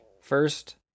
First